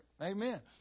Amen